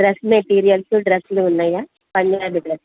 dress materials డ్రస్లు ఉన్నాయా Punjabi dress